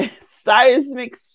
seismic